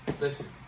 listen